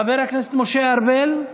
חבר הכנסת משה ארבל.